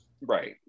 Right